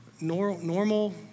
normal